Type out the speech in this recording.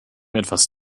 etwas